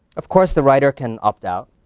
of course, the writer can opt out,